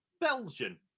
Belgian